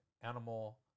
animal